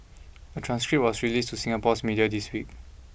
a transcript was released to Singapore's media this week